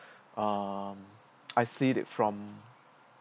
uh I see it from